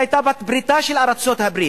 שהיתה בת-בריתה של ארצות-הברית,